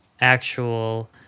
actual